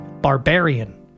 Barbarian